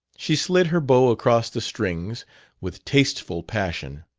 she slid her bow across the strings with tasteful passion.